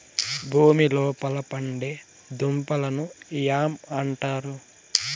భూమి లోపల పండే దుంపలను యామ్ అంటారు